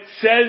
says